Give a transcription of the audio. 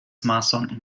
marssonden